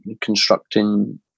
constructing